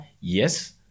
Yes